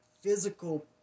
physical